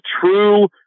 true